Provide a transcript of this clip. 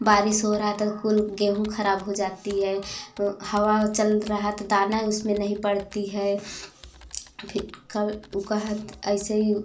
बारिश हो रहा है तो कुल गेहूँ खराब हो जाती है हवा चल रहा है तो दाना उसमें नही पड़ती है फिर कल ऊ कहत ऐसे ही